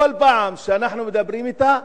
וכל פעם שאנחנו מדברים אתה,